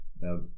Now